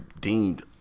deemed